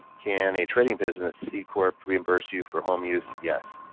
can a trading business c-corp reimburse you for home use? yes.